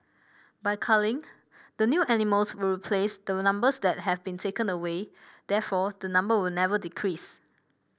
by culling the new animals will replace the numbers that have been taken away therefore the number will never decrease